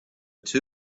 two